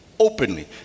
Openly